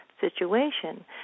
situation